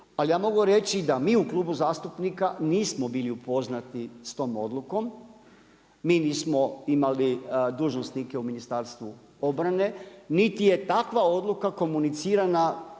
ali ja mogu reći da mi u klubu zastupnika nismo bili upoznati s tom odlukom, mi nismo imali dužnosnike u Ministarstvu obrane niti je takva odluka komunicirana